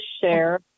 share